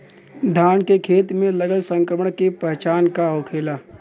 धान के खेत मे लगल संक्रमण के पहचान का होखेला?